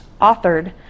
authored